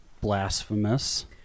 blasphemous